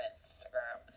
Instagram